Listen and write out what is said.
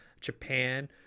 Japan